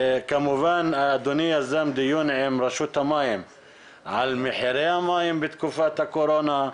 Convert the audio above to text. כמובן אדוני יזם דיון עם רשות המים על מחירי המים בתקופת הקורונה.